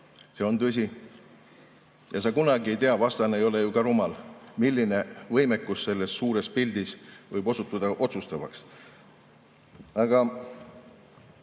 See on tõsi. Sa kunagi ei tea – vastane ei ole ju ka rumal –, milline võimekus selles suures pildis võib osutuda otsustavaks. Aga